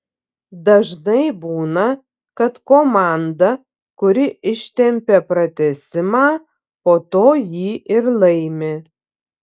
dažnai būna kad komanda kuri ištempią pratęsimą po to jį ir laimi